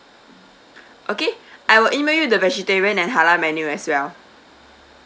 okay I will E-mail you the vegetarian and halal menu as well